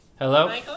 Hello